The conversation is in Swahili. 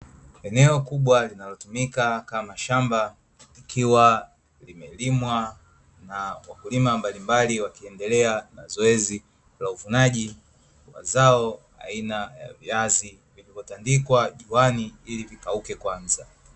Eneo kubwa linalotumika kama shamba likiwa limelimwa na wakulima mbalimbali wakiendelea na zoezi la uvunaji wa mazao aina ya viazi vilivyotandikwa juani ili vikauke kwanza.